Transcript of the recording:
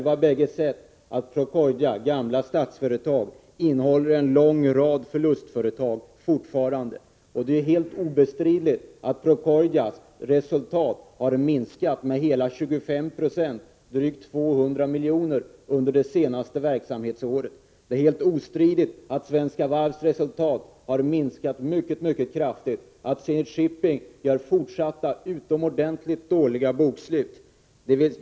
Vi har ju sett att Procordia, gamla Statsföretag, fortfarande innehåller en lång rad förlustföretag. Det är helt obestridligt att Procordias resultat har försämrats med hela 25 90, drygt 200 milj.kr., under det senaste verksamhetsåret. Det är helt ostridigt att Svenska Varvs resultat har minskat mycket kraftigt och att Zenit Shipping gör fortsatta utomordentligt dåliga bokslut.